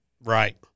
Right